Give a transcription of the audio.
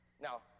Now